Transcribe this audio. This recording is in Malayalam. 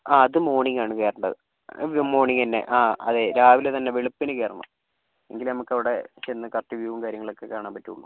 ആ അത് മോണിംഗ് കയറേണ്ടത് മോണിംഗ് തന്നെ അതെ രാവിലെ തന്നെ വെളുപ്പിന് കയറണം എങ്കിലേ നമുക്ക് അവിടെ ചെന്ന് കറക്റ്റ് വ്യൂവും കാര്യങ്ങളൊക്കെ കാണാൻ പറ്റുള്ളൂ